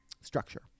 structure